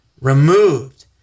removed